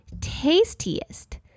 tastiest